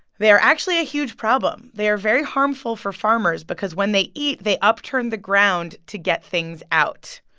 they are actually a huge problem. they are very harmful for farmers because when they eat, they upturn the ground to get things out.